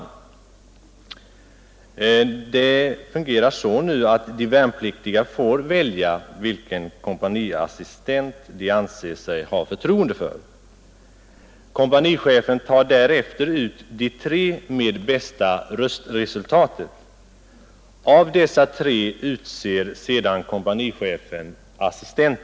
Systemet fungerar så att de värnpliktiga får välja den kompaniassistent som de anser sig ha förtroende för, och därefter tar kompanichefen ut de tre som har fått de bästa röstresultaten. Bland dessa tre utser kompanichefen sedan denne assistent.